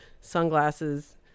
sunglasses